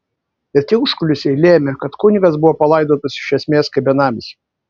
ir tie užkulisiai lėmė kad kunigas buvo palaidotas iš esmės kaip benamis